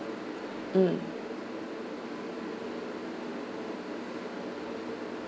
mm